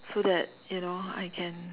so that you know I can